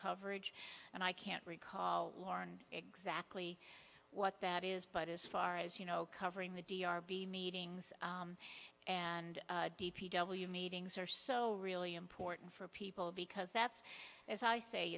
coverage and i can't recall exactly what that is but as far as you know covering the d r v meetings and d p w meetings are so really important for people because that's as i say